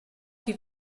die